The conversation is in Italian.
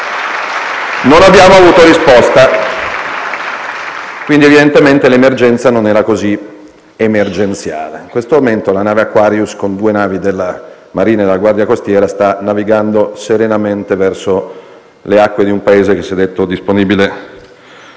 Non abbiamo avuto risposta: evidentemente, l'emergenza non era così emergenziale. In questo momento, la nave Aquarius, con due navi della Marina e della Guardia costiera, sta navigando serenamente verso le acque di un Paese che si è detto disponibile